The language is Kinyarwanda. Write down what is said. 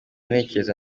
ntekereza